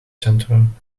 centrum